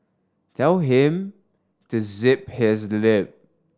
tell him to zip his lip